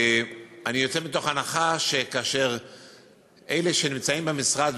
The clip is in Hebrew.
אני יוצא מתוך הנחה שאלה שנמצאים במשרד